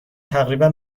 تقریبا